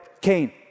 Cain